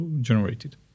generated